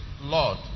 Lord